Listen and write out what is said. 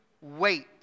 wait